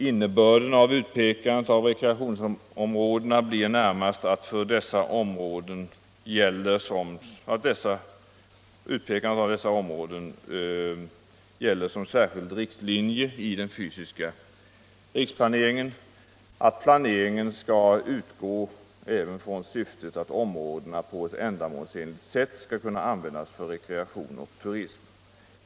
Innebörden av utpekandet av rekreationsområdena blir närmast att för dessa områden gäller som särskild riktlinje i den fysiska riksplaneringen att planeringen skall utgå även från syftet att områdena på ett ändamålsenligt sätt skall kunna användas för rekreation och turism.